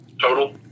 Total